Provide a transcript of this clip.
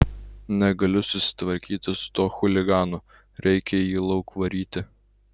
negaliu susitvarkyti su tuo chuliganu reikia jį lauk varyti